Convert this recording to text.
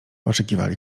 oczekiwali